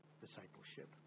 discipleship